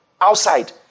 outside